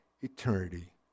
eternity